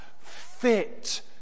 fit